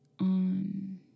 On